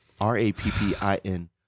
R-A-P-P-I-N